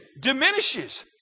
diminishes